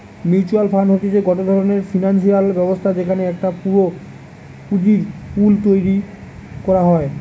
mutual fund হতিছে গটে ধরণের ফিনান্সিয়াল ব্যবস্থা যেখানে একটা পুঁজির পুল তৈরী করা হয়